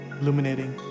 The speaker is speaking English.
illuminating